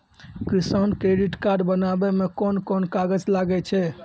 किसान credit card बनाबै मे कोन कोन कागज लागै छै?